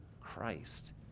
Christ